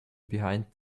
behind